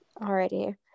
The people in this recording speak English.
Alrighty